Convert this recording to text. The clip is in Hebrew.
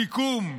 שיקום,